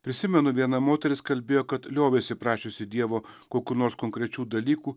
prisimenu viena moteris kalbėjo kad liovėsi prašiusi dievo kokių nors konkrečių dalykų